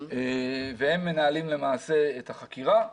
הם למעשה מנהלים את החקירה.